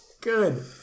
Good